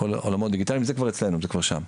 הכול עולמות דיגיטליים וזה כבר אצלנו, זה כבר שם.